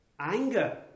Anger